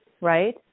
right